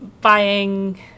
buying